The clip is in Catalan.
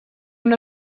una